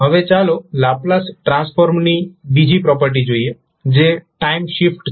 હવે ચાલો લાપ્લાસ ટ્રાન્સફોર્મની બીજી પ્રોપર્ટી જોઈએ જે ટાઇમ શિફ્ટ છે